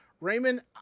Raymond